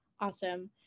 Awesome